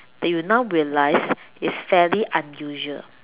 that you now realize is fairly unusual